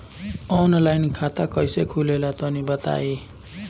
Offline खाता कइसे खुलेला तनि बताईं?